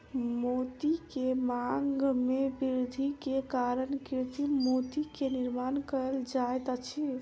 मोती के मांग में वृद्धि के कारण कृत्रिम मोती के निर्माण कयल जाइत अछि